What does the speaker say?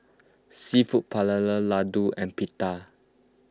Seafood Paella Ladoo and Pita